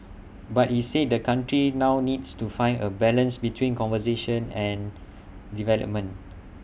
but he said the country now needs to find A balance between conservation and development